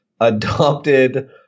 adopted